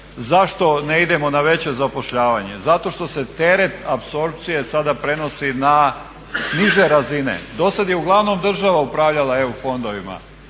zašto ne idemo na veće zapošljavanje, zato što se teret apsorpcije sada prenosi na niže razine. Dosad je uglavnom država upravljala EU fondovima,